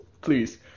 please